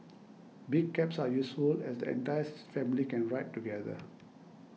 big cabs are useful as the entire family can ride together